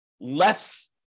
less